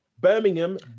Birmingham